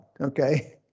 okay